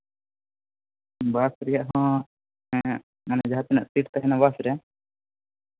ᱵᱟᱥ ᱨᱮᱭᱟᱜ ᱦᱚᱸ ᱮᱜ ᱢᱟᱱᱮ ᱡᱟᱦᱟᱸ ᱛᱤᱱᱟᱹᱜ ᱥᱤᱴ ᱛᱟᱦᱮᱱᱟ ᱵᱟᱥᱨᱮ